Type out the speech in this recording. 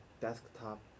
desktop